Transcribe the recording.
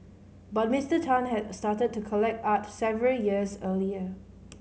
but Mister Tan had started to collect art several years earlier